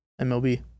MLB